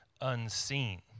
unseen